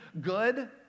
good